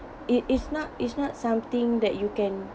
it is not it's not something that you can